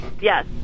Yes